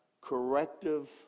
corrective